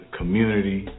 community